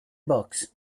box